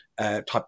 type